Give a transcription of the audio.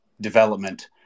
development